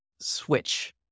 switch